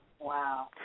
Wow